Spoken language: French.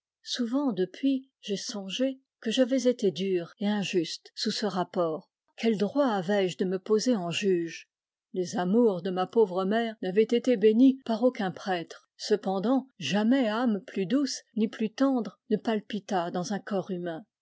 souvent depuis j'ai songé que j'avais été dur et injuste sous ce rapport quel droit avais-je de me poser en juge les amours de ma pauvre mère n'avaient été bénies par aucun prêtre cependant jamais âme plus douce ni plus tendre ne palpita dans un corps humain